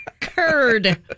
Curd